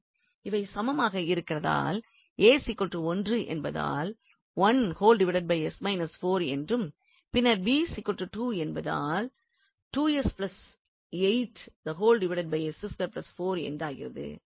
இவை சமமாக இருக்கிறதால் என்பதால் என்றும் பின்னர் என்பதால் என்றுமாகிறது